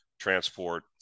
transport